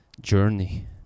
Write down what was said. journey